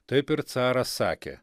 taip ir caras sakė